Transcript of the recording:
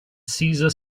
cesar